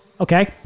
okay